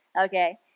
Okay